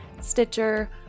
Stitcher